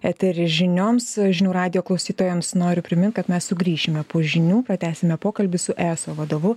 eterį žinioms žinių radijo klausytojams noriu primint kad mes sugrįšime po žinių pratęsime pokalbį su eso vadovu